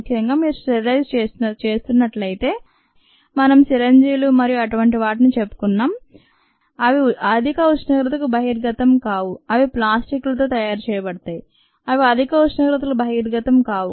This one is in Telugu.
ముఖ్యంగా మీరు స్టెరిలైజింగ్ చేస్తున్నట్లయితే మనం సిరంజీలు మరియు అటువంటి వాటిని చెప్పుకుందాం అవి అధిక ఉష్ణోగ్రతకు బహిర్గతం కావు అవి ప్లాస్టిక్ లతో తయారు చేయబడతాయి అవి అధిక ఉష్ణోగ్రతకు బహిర్గతం కావు